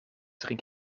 drink